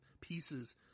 pieces